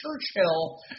Churchill